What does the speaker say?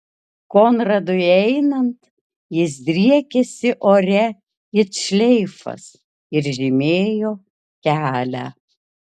konradui einant jis driekėsi ore it šleifas ir žymėjo kelią